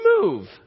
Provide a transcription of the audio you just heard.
move